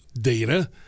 data